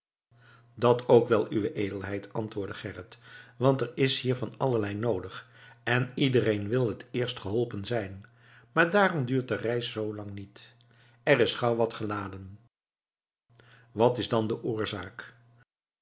dat ook wel uwe edelheid antwoordde gerrit want er is hier van allerlei noodig en iedereen wil het eerst geholpen zijn maar daarom duurt de reis zoo lang niet er is gauw wat geladen wat is dan de oorzaak